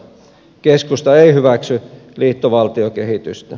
keskusta ei hyväksy liittovaltiokehitystä